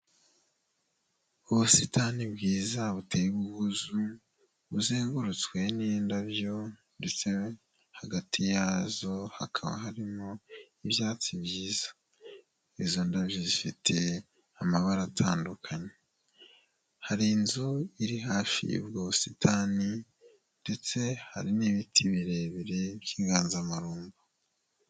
Ubusitani bwiza buteye ubwuzu, buzengurutswe n'indabyo ndetse hagati yazo hakaba harimo ibyatsi byiza. Izo ndabyo zifite amabara atandukanye, hari inzu iri hafi y'ubwo busitani ndetse hari n'ibiti birebire by'inganzamarumbu.